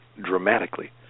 dramatically